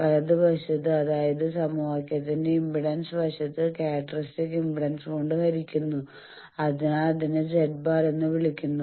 വലതുവശത്ത് അതായത് സമവാക്യത്തിന്റെ ഇംപെഡൻസ് വശം ക്യാറക്ടർസ്റ്റിക് ഇംപെഡൻസ് കൊണ്ട് ഹരിക്കുന്നു അതിനാൽ അതിനെ z̄ ബാർ എന്ന് വിളിക്കുന്നു